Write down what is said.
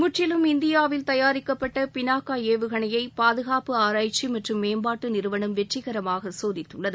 முற்றிலும் இந்தியாவில் தயாரிக்கப்பட்ட பினாக்கா ஏவுகணையை பாதுகாப்பு ஆராய்ற்சி மற்றம் மேம்பாட்டு நிறுவனம் வெற்றிகரமாக சோதித்துள்ளது